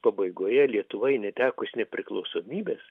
pabaigoje lietuvoj netekus nepriklausomybės